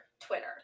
Twitter